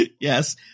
Yes